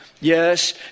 Yes